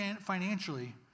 financially